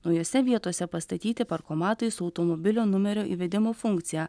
naujose vietose pastatyti parkomatai su automobilio numerio įvedimo funkcija